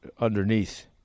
underneath